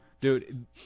dude